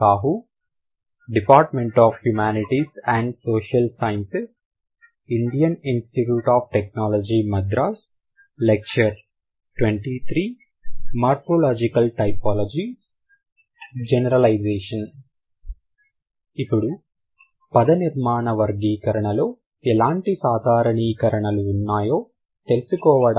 morphological typology generalisation ఇప్పుడు పదనిర్మాణ వర్గీకరణలో ఎటువంటి సాధారణీకరణలు ఉన్నాయో తెలుసుకోవడానికి ఇది సరైన సమయం